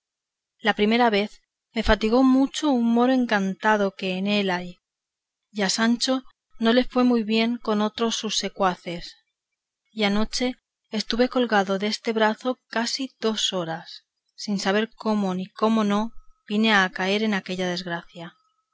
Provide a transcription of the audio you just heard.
la primera vez me fatigó mucho un moro encantado que en él hay y a sancho no le fue muy bien con otros sus secuaces y anoche estuve colgado deste brazo casi dos horas sin saber cómo ni cómo no vine a caer en aquella desgracia